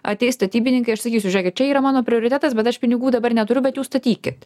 ateis statybininkai aš sakysiu žiūrėkit čia yra mano prioritetas bet aš pinigų dabar neturiu bet jūs statykit